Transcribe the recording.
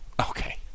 Okay